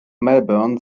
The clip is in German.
melbourne